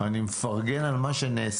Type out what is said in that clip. אני מפרגן על מה שנעשה.